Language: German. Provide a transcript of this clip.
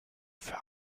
für